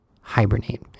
Hibernate